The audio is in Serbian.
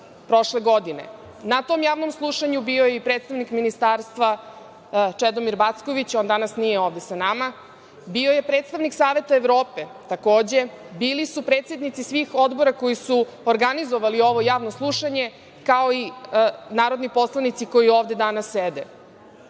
prošle godine. Na tom javnom slušanju bio je i predstavnik Ministarstva Čedomir Backović. On danas nije ovde sa nama. Bio je predstavnik Saveta Evrope. Takođe, bili su predsednici svih odbora koji su organizovali ovo javno slušanje, kao i narodni poslanici koji ovde danas sede,